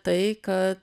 tai kad